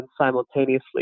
simultaneously